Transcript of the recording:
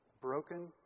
broken